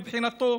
מבחינתו,